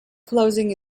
closing